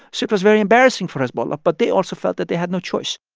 so it was very embarrassing for hezbollah, but they also felt that they had no choice